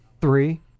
Three